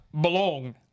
belong